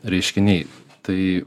reiškiniai tai